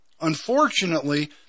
unfortunately